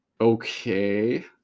Okay